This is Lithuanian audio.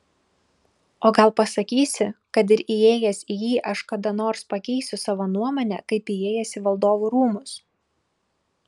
o gal pasakysi kad ir įėjęs į jį aš kada nors pakeisiu savo nuomonę kaip įėjęs į valdovų rūmus